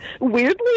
weirdly